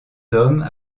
hommes